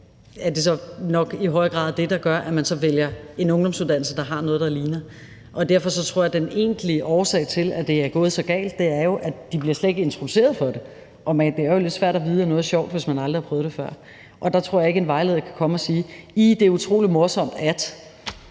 fag, så nok i højere grad ville vælge en ungdomsuddannelse, der havde noget, der lignede. Derfor tror jeg, at den egentlige årsag til, at det er gået så galt, er, at de slet ikke bliver introduceret til det, og det er jo lidt svært at vide, at noget er sjovt, hvis man aldrig har prøvet det før. Og der tror jeg ikke, det er nok, at en vejleder kommer og siger, at et fag er utrolig morsomt, for